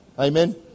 Amen